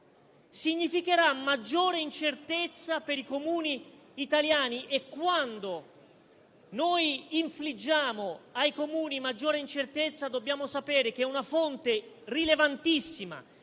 significherà maggiore incertezza per i Comuni italiani. E, quando noi infliggiamo ai Comuni maggiore incertezza, dobbiamo sapere che una fonte rilevantissima